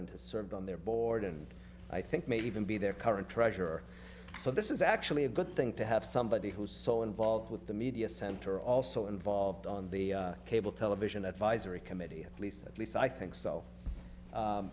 has served on their board and i think maybe even be their current treasurer so this is actually a good thing to have somebody who's so involved with the media center also involved on the cable television advisory committee at least at least i think so